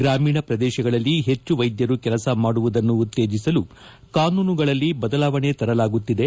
ಗ್ರಾಮೀಣ ಪ್ರದೇಶಗಳಲ್ಲಿ ಹೆಚ್ಚು ವೈದ್ಯರು ಕೆಲಸ ಮಾಡುವುದನ್ನು ಉತ್ತೇಜಸಲು ಕಾನೂನುಗಳಲ್ಲಿ ಬದಲಾವಣೆ ತರಲಾಗುತ್ತಿದೆ